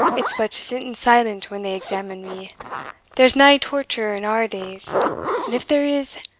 it's but sitting silent when they examine me there's nae torture in our days and if there is,